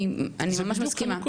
אני ממש מסכימה.